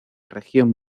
región